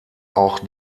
auch